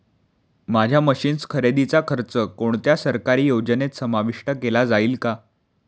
माझ्या मशीन्स खरेदीचा खर्च कोणत्या सरकारी योजनेत समाविष्ट केला जाईल का?